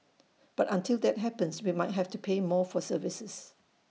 but until that happens we might have to pay more for services